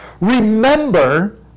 remember